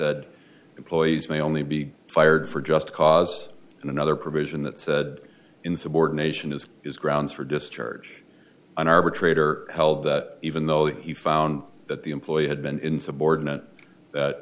said employees may only be fired for just cause and another provision that said insubordination is is grounds for discharge an arbitrator held that even though he found that the employee had been insubordinate th